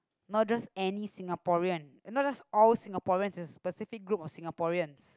no just any Singaporean no no all Singaporean is specific group of Singaporeans